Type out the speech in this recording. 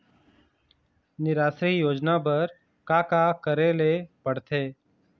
निराश्री योजना बर का का करे ले पड़ते?